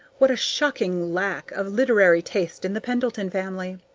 what a shocking lack of literary taste in the pendleton family!